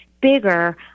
bigger